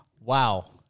Wow